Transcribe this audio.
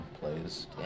plays